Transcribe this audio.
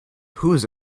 whose